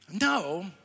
No